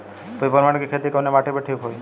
Peppermint के खेती कवने माटी पे ठीक होई?